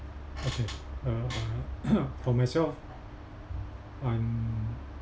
okay uh uh for myself I'm